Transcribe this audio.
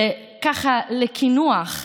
וככה, לקינוח: